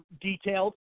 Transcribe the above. detailed